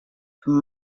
from